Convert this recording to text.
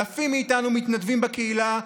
אלפים מאיתנו מתנדבים בקהילה,